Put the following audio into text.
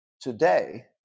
today